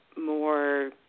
more